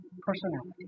personality